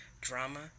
drama